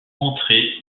entrés